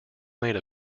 made